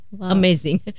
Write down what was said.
amazing